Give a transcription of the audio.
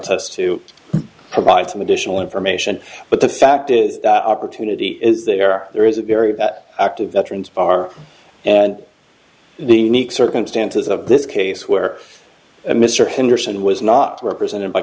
us to provide some additional information but the fact is that opportunity is there are there is a very active veterans are and the meek circumstances of this case where mr henderson was not represented by